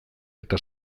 eta